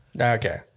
Okay